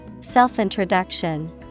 Self-introduction